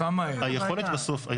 היכולת בסוף.